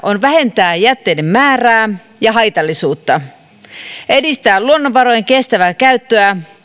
on vähentää jätteiden määrää ja haitallisuutta ja edistää luonnonvarojen kestävää käyttöä